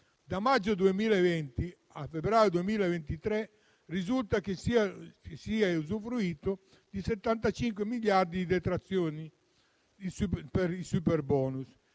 Da maggio 2020 a febbraio 2023 risulta che si sia usufruito di 75 miliardi di detrazioni per il superbonus